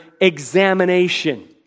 examination